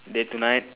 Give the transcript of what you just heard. day to night